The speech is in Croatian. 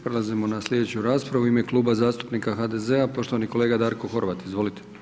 Prelazimo na slijedeću raspravu, u ime Kluba zastupnika HDZ-a poštovani kolega Darko Horvat, izvolite.